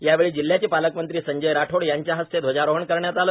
यावेळी जिल्ह्याचे पालकमंत्री संजय राठोड यांच्या हस्ते ध्वजारोहण करण्यात आले